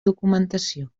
documentació